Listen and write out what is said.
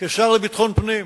כשר לביטחון פנים